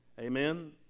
Amen